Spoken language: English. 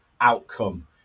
outcome